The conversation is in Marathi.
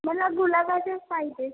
मला गुलाबाचे पाहिजेत